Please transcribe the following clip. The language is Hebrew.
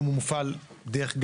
הוא מופעל דרך,